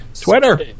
Twitter